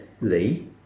Lee